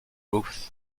ruth